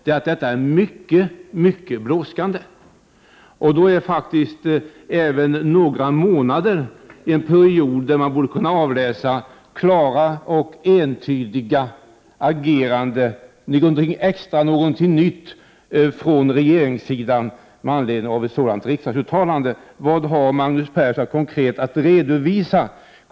Med anledning av ett sådant riksdagsuttalande bör man även under en period av några månader kunna se klara och tydliga ageranden, någonting extra och något nytt, från regeringens sida. Vad har Magnus Persson att redovisa?